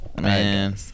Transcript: Man